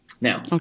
Now